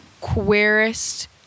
Queerest